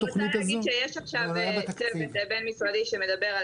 אני רוצה להגיד שיש עכשיו צוות בין משרדי שמדבר על